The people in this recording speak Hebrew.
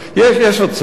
יש, יש עוד קצת.